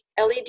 led